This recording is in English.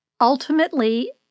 Ultimately